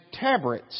tabrets